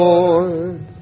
Lord